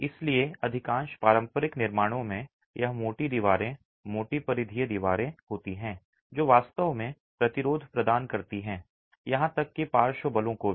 इसलिए अधिकांश पारंपरिक निर्माणों में यह मोटी दीवारें मोटी परिधीय दीवारें होती हैं जो वास्तव में प्रतिरोध प्रदान करती हैं यहां तक कि पार्श्व बलों को भी